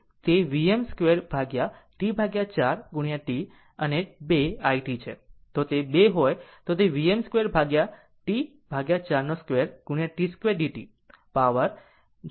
જો 2 it તે Vm2 ભાગ્યા T 4 t અને 2 it છે જો તે 2 હોય તો તે Vm2 ભાગ્યા T 42 T2dt પાવર 0